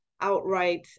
outright